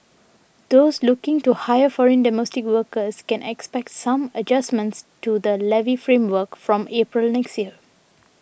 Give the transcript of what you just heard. those looking to hire foreign domestic workers can expect some adjustments to the levy framework from April next year